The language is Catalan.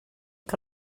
que